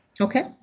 Okay